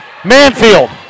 Manfield